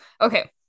okay